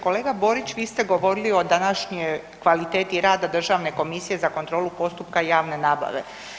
Kolega Borić, vi ste govorili o današnje kvaliteti rada Državne komisije za kontrolu postupaka javne nabave.